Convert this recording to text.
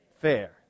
fair